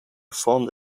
formed